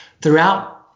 throughout